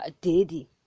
daddy